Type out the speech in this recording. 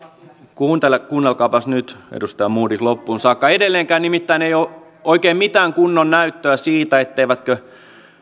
kuunnelkaapas nyt edustaja modig loppuun saakka nimittäin ei ole oikein mitään kunnon näyttöä siitä etteivätkö